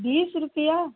बीस रुपये